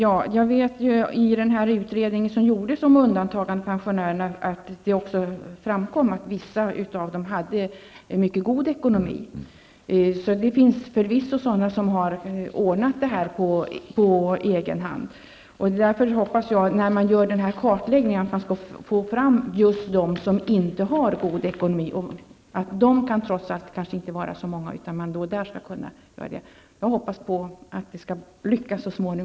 Herr talman! I den utredning som gjordes om undantagandepensionärerna framkom att vissa av dem hade en mycket god ekonomi. Förvisso finns det människor som har ordnat detta på egen hand. Jag hoppas att man när man gör denna kartläggning skall få fram just dem som inte har en god ekonomi. De kan inte vara så många. Där skulle man kunna åstadkomma en förbättring.